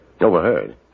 Overheard